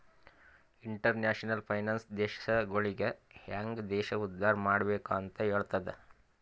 international finance ದೇಶಗೊಳಿಗ ಹ್ಯಾಂಗ್ ದೇಶ ಉದ್ದಾರ್ ಮಾಡ್ಬೆಕ್ ಅಂತ್ ಹೆಲ್ತುದ